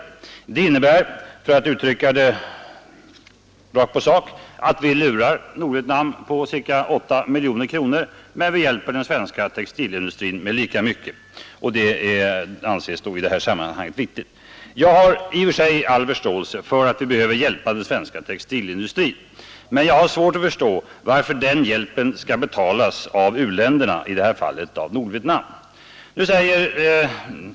Detta innebär, för att uttrycka det rakt på sak, att vi lurar Nordvietnam på ca 8 miljoner kronor som vi i stället använder för att hjälpa den svenska textilindustrin. Jag har i och för sig all förståelse för att vi behöver hjälpa den svenska textilindustrin, men jag har svårt att förstå varför den hjälpen skall betalas av u-länderna, i det här fallet av Nordvietnam.